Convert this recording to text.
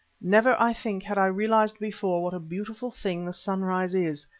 never, i think, had i realised before what a beautiful thing the sunrise is,